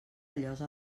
llosa